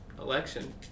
election